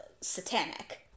satanic